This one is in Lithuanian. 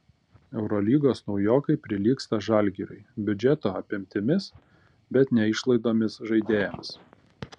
eurolygos naujokai prilygsta žalgiriui biudžeto apimtimis bet ne išlaidomis žaidėjams